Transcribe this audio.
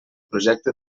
projecte